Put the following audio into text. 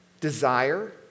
desire